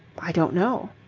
i don't know.